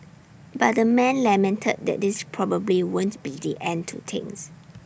but the man lamented that this probably won't be the end to things